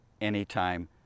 anytime